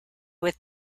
with